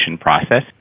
process